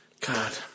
God